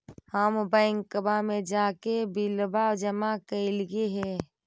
हम बैंकवा मे जाके बिलवा जमा कैलिऐ हे?